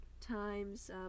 times